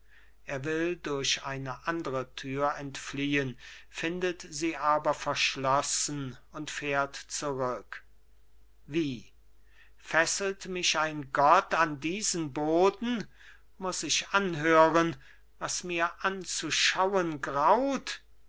er will durch eine andre tür entfliehen findet sie aber verschlossen und fährt zurück wie fesselt mich ein gott an diesen boden muß ich anhören was mir anzuschauen graut